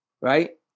right